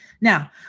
Now